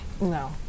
No